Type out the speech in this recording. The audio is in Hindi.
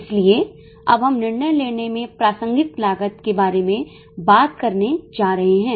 इसलिए अब हम निर्णय लेने में प्रासंगिक लागत के बारे में बात करने जा रहे हैं